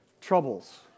troubles